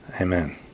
Amen